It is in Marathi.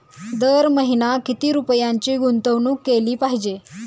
दर महिना किती रुपयांची गुंतवणूक केली पाहिजे?